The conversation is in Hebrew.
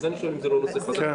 לכן אני שואל אם זה לא נושא חדש.